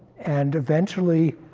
and eventually